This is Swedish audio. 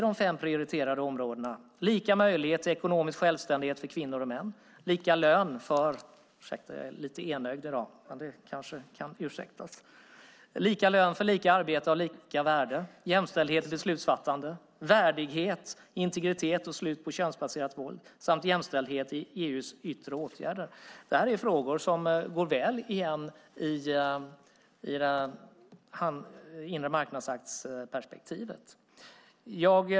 De fem prioriterade områdena är lika möjlighet till ekonomisk självständighet för kvinnor och män, lika lön för lika arbete och lika värde, jämställdhet i beslutsfattandet, värdighet, integritet och slut på könsbaserat våld och jämställdhet i EU:s yttre åtgärder. Det är frågor som går väl igen i inremarknadsaktsperspektivet.